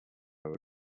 will